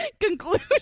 conclusion